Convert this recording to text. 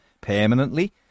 permanently